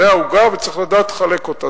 זו העוגה וצריך לדעת לחלק אותה.